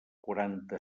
quaranta